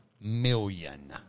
million